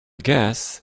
guess